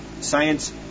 science